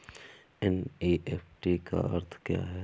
NEFT का अर्थ क्या है?